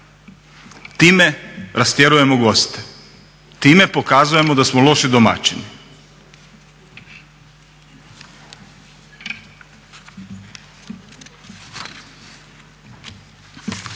Time rastjerujemo goste, time pokazujemo da smo loši domaćini.